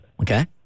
Okay